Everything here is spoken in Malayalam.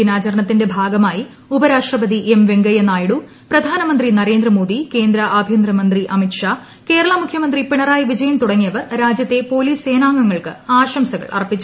ദിനാചരണത്തിന്റെ ഭാഗമായി ഉപരാഷ്ട്രപതി എം വെങ്കയ്യനായിഡു പ്രധാനമന്ത്രി നരേന്ദ്രമോദി കേന്ദ്ര ആഭ്യന്തരമന്ത്രി അമിത് ഷാ കേരള മുഖ്യമന്ത്രി പിണറായി വിജയൻ തുടങ്ങിയവർ രാജ്യത്തെ പൊലീസ് സേനാംഗങ്ങൾക്ക് ആശംസകൾ അർപ്പിച്ചു